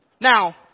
Now